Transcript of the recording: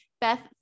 Beth